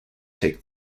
take